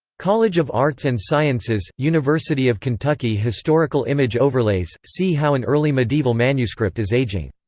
college of arts and sciences, university of kentucky historical image overlays see how an early medieval manuscript is aging